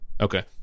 Okay